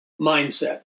mindset